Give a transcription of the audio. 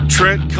Trent